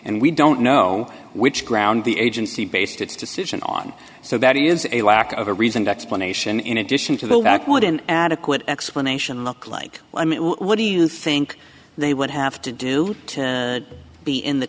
and we don't know which ground the agency based its decision on so that is a lack of a reasoned explanation in addition to the back would an adequate explanation look like i mean what do you think they would have to do to be in the